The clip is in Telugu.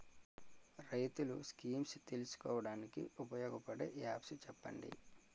రైతులు స్కీమ్స్ తెలుసుకోవడానికి ఉపయోగపడే యాప్స్ చెప్పండి?